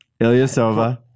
Ilyasova